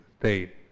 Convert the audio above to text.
state